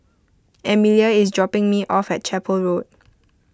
Emilia is dropping me off at Chapel Road